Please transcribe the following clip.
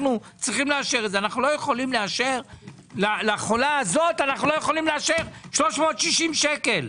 אנחנו לא יכולים לאשר לחולה הזאת 360 שקל.